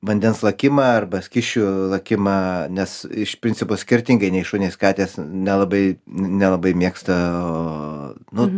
vandens lakimą arba skysčių lakimą nes iš principo skirtingai nei šunys katės nelabai nelabai mėgsta nu